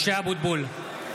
(קורא בשמות חברי הכנסת) משה אבוטבול,